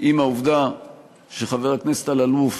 עם העובדה שחבר הכנסת אלאלוף